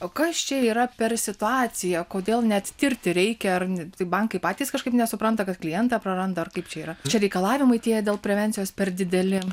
o kas čia yra per situaciją kodėl net tirti reikia ar tai bankai patys kažkaip nesupranta kad klientą praranda kaip čia yra čia reikalavimai tie dėl prevencijos per dideli